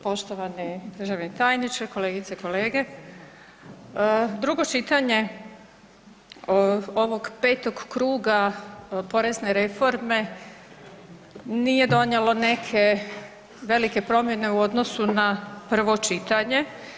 Poštovani državni tajniče, kolegice, kolege, drugo čitanje ovog petog kruga porezne reforme nije donijelo neke velike promjene u odnosu na prvo čitanje.